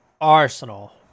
Arsenal